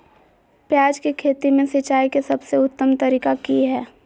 प्याज के खेती में सिंचाई के सबसे उत्तम तरीका की है?